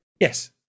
Yes